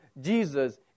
Jesus